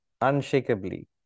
unshakably